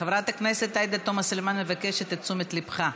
חברת הכנסת עאידה תומא סלימאן מבקשת את תשומת ליבך.